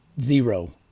Zero